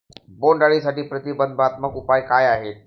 बोंडअळीसाठी प्रतिबंधात्मक उपाय काय आहेत?